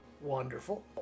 Wonderful